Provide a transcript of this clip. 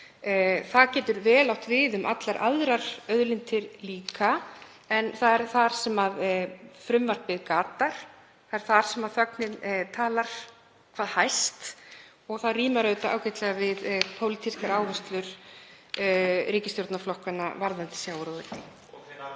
Það getur vel átt við um allar aðrar auðlindir líka en það er þar sem frumvarpið gatar, það er þar sem þögnin talar hvað hæst og það rímar ágætlega við pólitískar áherslur ríkisstjórnarflokkanna varðandi sjávarútveginn.